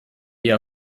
ihr